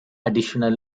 additional